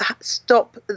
stop